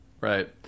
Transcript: Right